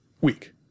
weak